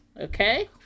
Okay